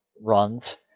runs